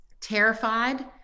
terrified